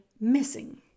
missing